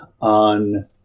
on